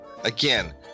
Again